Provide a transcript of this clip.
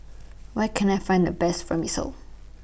Where Can I Find The Best Vermicelli